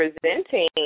presenting